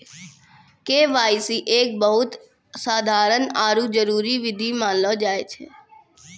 KYC एक बहुते साधारण आरु जरूरी विधि मानलो जाय छै